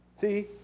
See